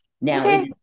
now